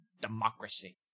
Democracy